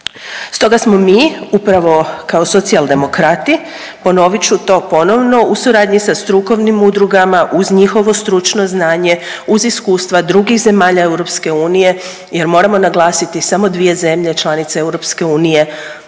Stoga smo mi upravo kao Socijaldemokrati, ponovit ću ponovno u suradnji sa strukovnim udrugama uz njihovo stručno znanje uz iskustva drugih zemalja EU jer moramo naglasiti samo dvije zemlje članice